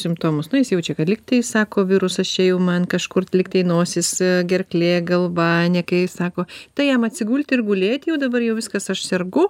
simptomus nu jis jaučia kad lyg tai sako virusas čia jau man kažkur lygtai nosis gerklė galvaninė kai jis sako tai jam atsigulti ir gulėti jau dabar jau viskas aš sergu